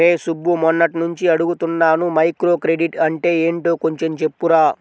రేయ్ సుబ్బు, మొన్నట్నుంచి అడుగుతున్నాను మైక్రోక్రెడిట్ అంటే యెంటో కొంచెం చెప్పురా